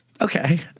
Okay